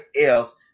else